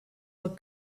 were